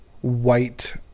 White